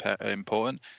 important